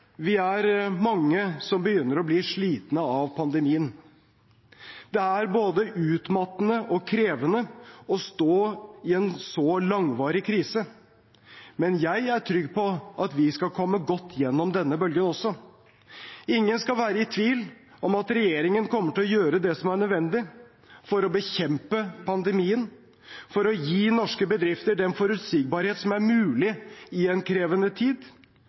Vi er mange som begynner å bli slitne av pandemien. Det er både utmattende og krevende å stå i en så langvarig krise. Men jeg er trygg på at vi skal komme godt gjennom denne bølgen også. Ingen skal være i tvil om at regjeringen kommer til å gjøre det som er nødvendig for å bekjempe pandemien, for å gi norske bedrifter den forutsigbarhet som er mulig i en krevende tid,